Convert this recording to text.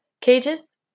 cages